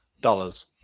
Dollars